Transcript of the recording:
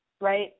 right